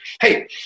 Hey